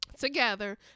together